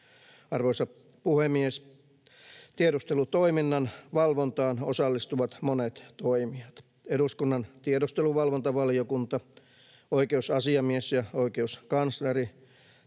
Arvoisa puhemies! Tiedustelutoiminnan valvontaan osallistuvat monet toimijat: eduskunnan tiedusteluvalvontavaliokunta, oikeusasiamies ja oikeuskansleri,